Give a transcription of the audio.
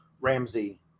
Ramsey